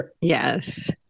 Yes